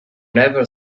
never